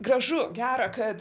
gražu gera kad